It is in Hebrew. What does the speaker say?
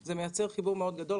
זה מייצר חיבור גדול מאוד.